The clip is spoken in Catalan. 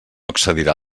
excedirà